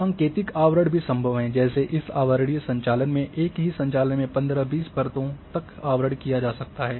सांकेतिक आवरण भी संभव है जैसे इस आवरणीय संचालन में एक ही संचालन में 15 20 परतों तक आवरण किया जा सकता है